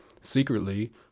secretly